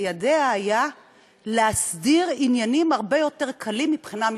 בידיה היה להסדיר עניינים הרבה יותר קלים מבחינה משפטית,